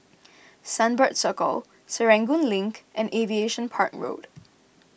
Sunbird Circle Serangoon Link and Aviation Park Road